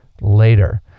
later